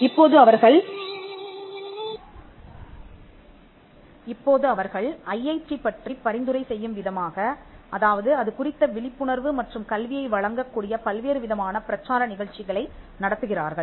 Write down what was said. இப்போது அவர்கள் ஐஐடி பற்றிப் பரிந்துரை செய்யும் விதமாக அதாவது அது குறித்த விழிப்புணர்வு மற்றும் கல்வியை வழங்க கூடிய பல்வேறு விதமான பிரச்சார நிகழ்ச்சிகளை நடத்துகிறார்கள்